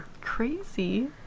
Crazy